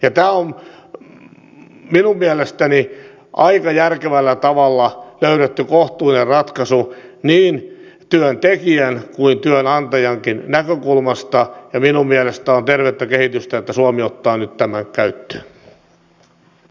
tämä on minun mielestäni aika järkevällä tavalla löydetty kohtuullinen ratkaisu niin työntekijän kuin työnantajankin näkökulmasta ja minun mielestäni on tervettä kehitystä että suomi ottaa nyt tämän käyttöön